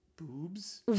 Boobs